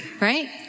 right